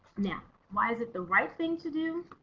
now why is it the right thing to do?